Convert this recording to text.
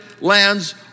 lands